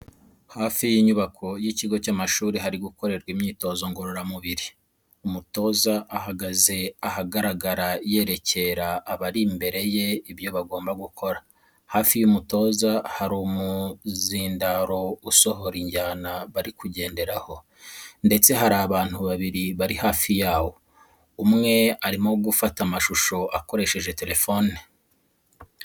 Hafi y'inyubako z'ikigo cy'amashuri hari gukorerwa imyitozo ngororamubir, umutoza ahagaze ahagaragara yerekera abari imbere ye ibyo bagomba gukora hafi y'umutoza hari umuzindaro usohora injyana bari kugenderaho ndetse hari abantu babiri bari hafi yawo umwe arimo gufata amashusho akoresheje telefoni.